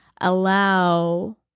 allow